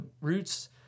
roots